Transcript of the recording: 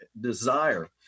desire